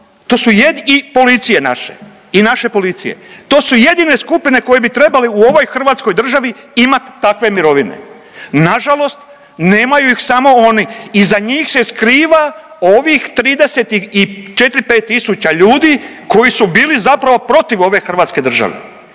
To su jedine skupine koje bi trebale u ovoj hrvatskoj državi imat takve mirovine. Nažalost nemaju ih samo oni, iza njih se skriva ovih 34-5 tisuća ljudi koji su bili zapravo protiv ove hrvatske države.